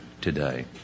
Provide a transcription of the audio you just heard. today